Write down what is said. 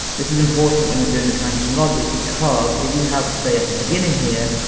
this is important when you're doing the transition logic because if you have say at the beginning here,